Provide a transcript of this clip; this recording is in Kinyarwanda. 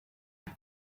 ngo